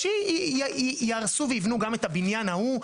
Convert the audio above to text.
אז יהרסו ויבנו גם את הבניין ההוא,